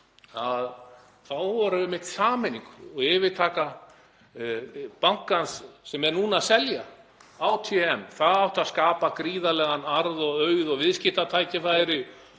var einmitt sameining og yfirtaka bankans, sem er núna að selja, á TM. Það átti að skapa gríðarlegan arð og auð og viðskiptatækifæri